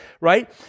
right